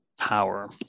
power